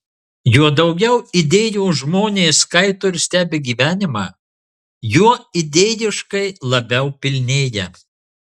juo daugiau idėjos žmonės skaito ir stebi gyvenimą juo idėjiškai labiau pilnėja